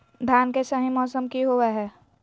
धान के सही मौसम की होवय हैय?